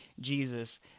Jesus